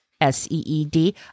S-E-E-D